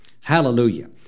Hallelujah